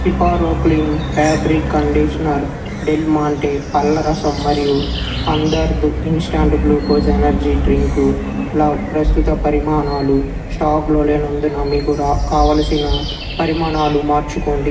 కిపారో clean fabric conditioner Del Monte పళ్ల రసం మరియు హందర్ద్ ఇంస్టంట్ గ్లూకోజ్ ఎనర్జీ డ్రింకుల ప్రస్తుత పరిమాణాలు స్టాకు లో లేనందున మీకు రా కావలసిన పరిమాణాలు మార్చుకోండి